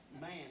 man